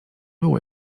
było